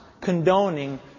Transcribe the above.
condoning